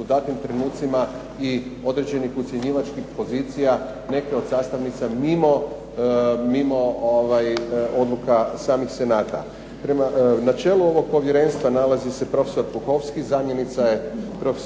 u datim trenucima i određenih ucjenjivačkih pozicija neke od sastavnica mimo odluka samih senata. Na čelu ovog povjerenstva nalazi se profesor Puhovski, zamjenica je prof.